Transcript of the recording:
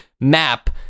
map